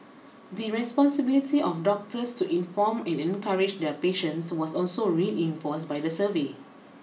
the responsibility of doctors to inform and encourage their patients was also reinforced by the survey